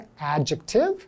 adjective